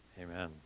Amen